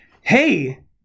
hey